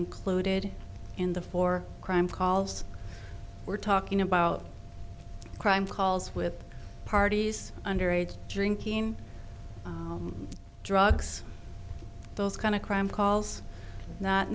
included in the four crime calls we're talking about crime calls with parties underage drinking drugs those kind of crime calls not